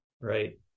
Right